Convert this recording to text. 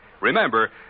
Remember